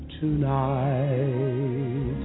tonight